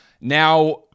Now